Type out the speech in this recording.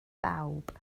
bawb